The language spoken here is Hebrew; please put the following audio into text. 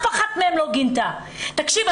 תקשיב,